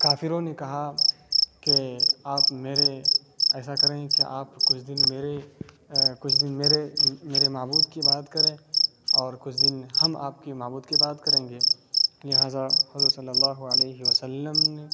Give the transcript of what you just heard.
کافروں نے کہا کہ آپ میرے ایسا کریں کہ آپ کچھ دن میرے کچھ دن میرے میرے معبود کی عبادت کریں اور کچھ دن ہم آپ کے معبود کی عبادت کریں گے لہٰذا حضور صلی اللہ علیہ وسلم نے